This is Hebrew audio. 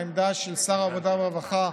העמדה של שר העבודה והרווחה,